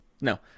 No